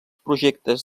projectes